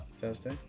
Thursday